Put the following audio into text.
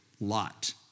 Lot